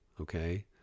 okay